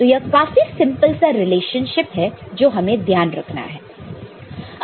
तो यह काफी सिंपल सा रिलेशनशिप है जो हमें ध्यान रखना है